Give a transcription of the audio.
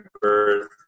birth